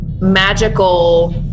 magical